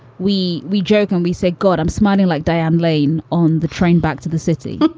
we we joke and we say, god, i'm smiling like diane lane on the train back to the city.